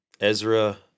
Ezra